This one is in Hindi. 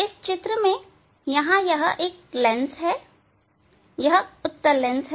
इस चित्र में यहां एक लेंस है एक उत्तल लेंस है